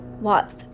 Watts